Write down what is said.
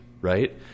right